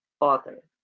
author